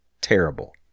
terrible